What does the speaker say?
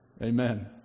Amen